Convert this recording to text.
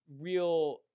real